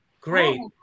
Great